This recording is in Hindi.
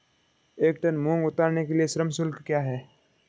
एक टन मूंग उतारने के लिए श्रम शुल्क क्या है?